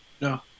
No